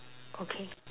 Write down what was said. okay